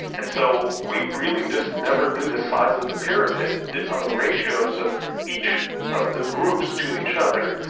and so we really just never knew the size of the pyramid, didn't know the ratios of each of the groups to each other.